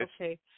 Okay